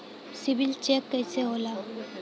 CIBIL check कइसे होला?